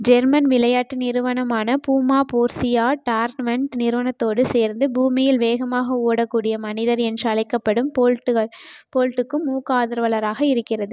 German விளையாட்டு நிறுவனமான Puma Borussia Dortmund நிறுவனத்தோடு சேர்ந்து பூமியில் வேகமாக ஓடக்கூடிய மனிதர் என்று அழைக்கப்படும் போல்ட்டுக போல்ட்டுக்கும் ஊக்க ஆதரவாளராக இருக்கிறது